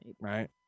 Right